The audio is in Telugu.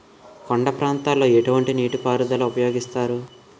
కొండ ప్రాంతాల్లో ఎటువంటి నీటి పారుదల ఉపయోగిస్తారు?